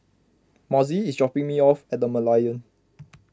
Mossie is dropping me off at the Merlion